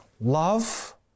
love